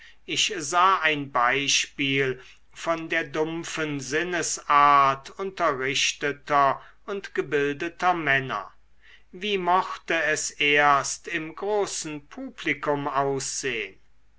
ich sah ein beispiel von der dumpfen sinnesart unterrichteter und gebildeter männer wie mochte es erst im großen publikum aussehn